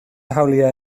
hawliau